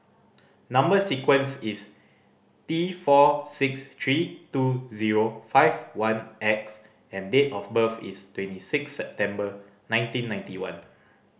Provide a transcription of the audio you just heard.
number sequence is T four six three two zero five one X and date of birth is twenty six September nineteen ninety one